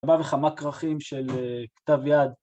הבא בכמה כרכים של כתב יד.